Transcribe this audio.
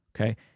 Okay